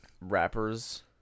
rappers